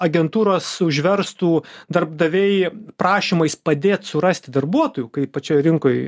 agentūras užverstų darbdaviai prašymais padėt surasti darbuotojų kai pačioj rinkoj